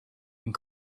and